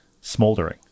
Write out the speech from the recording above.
smoldering